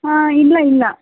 ಹಾಂ ಇಲ್ಲ ಇಲ್ಲ